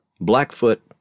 Blackfoot